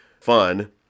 fun